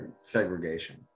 segregation